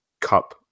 cup